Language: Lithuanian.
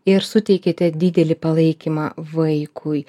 ir suteikiate didelį palaikymą vaikui